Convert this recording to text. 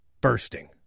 bursting